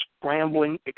scrambling